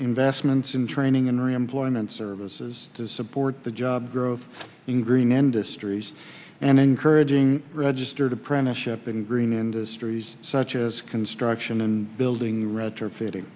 investments in training or employment services to support the job growth in green industries and encouraging registered apprenticeship in green industries such as construction and building retro